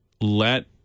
let